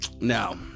Now